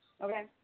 okay